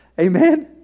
Amen